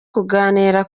kuganira